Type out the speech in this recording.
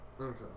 Okay